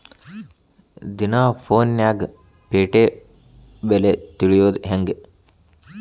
ದಿನಾ ಫೋನ್ಯಾಗ್ ಪೇಟೆ ಬೆಲೆ ತಿಳಿಯೋದ್ ಹೆಂಗ್?